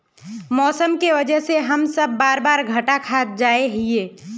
मौसम के वजह से हम सब बार बार घटा खा जाए हीये?